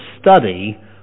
study